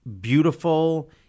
beautiful